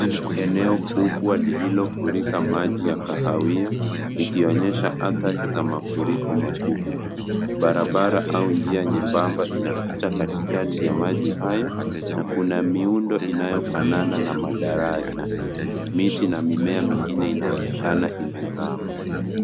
Eneo kubwa lililofurika maji ya kahawia ikionyesha athari za mafuriko makubwa. Barabara au njia nyembamba inapita katikati ya maji hayo na kuna miundo inayofanana na madaraja. Miti na mimea mingine inaonekana imezama.